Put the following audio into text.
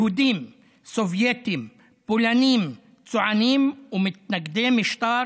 יהודים, סובייטים, פולנים, צוענים ומתנגדי משטר,